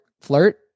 flirt